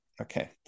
Okay